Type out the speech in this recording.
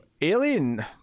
alien